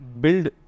build